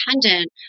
dependent